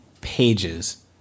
pages